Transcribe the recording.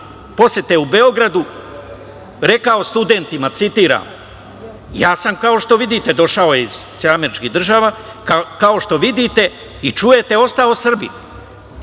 posete u Beogradu, rekao studentima, citiram: „Ja sam, kao što vidite, došao iz SAD i kao što vidite i čujete, ostao Srbin,